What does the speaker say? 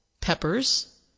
peppers